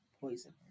poison